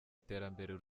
iterambere